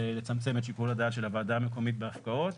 לצמצם את שיקול הדעת של הוועדה המקומית בהפקעות,